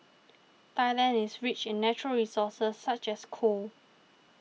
Thailand is rich in natural resources such as coal